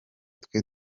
twe